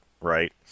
right